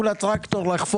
כולה עוד כמה שקלים לחפור.